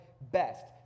best